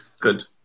Good